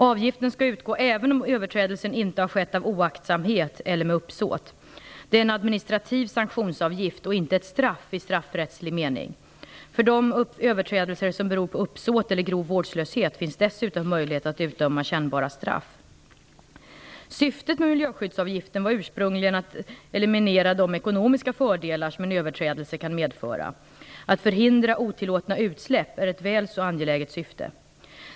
Avgiften skall utgå även om överträdelsen inte har skett av oaktsamhet eller med uppsåt. Det är en administrativ sanktionsavgift och inte ett straff i straffrättslig mening. För de överträdelse som beror på uppsåt eller grov vårdslöshet finns dessutom möjlighet att utdöma kännbara straff. Syftet med miljöskyddsavgiften var ursprungligen att eliminera de ekonomiska fördelar som en överträdelse kan medföra. Att förhindra otillåtna utsläpp är ett väl så angeläget syfte.